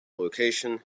location